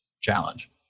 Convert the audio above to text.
challenge